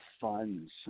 funds